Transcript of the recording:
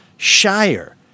Shire